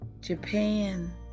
Japan